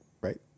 right